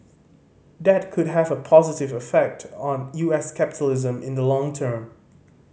that could have a positive effect on U S capitalism in the long term